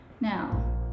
Now